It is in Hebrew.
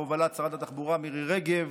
בהובלת שרת התחבורה מירי רגב,